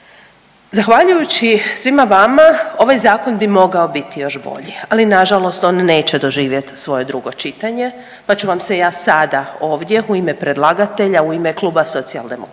zahvaljujući svima vama ovaj zakon bi mogao biti još bolji, ali na žalost on neće doživjeti svoje drugo čitanje, pa ću vam se ja sada ovdje u ime predlagatelja, u ime kluba Socijaldemokrata,